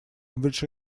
which